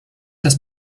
das